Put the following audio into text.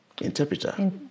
interpreter